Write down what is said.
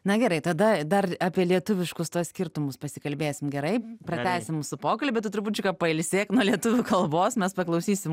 na gerai tada dar apie lietuviškus tuos skirtumus pasikalbėsim gerai pratęsim mūsų pokalbį tu trupučiuką pailsėk nuo lietuvių kalbos mes paklausysim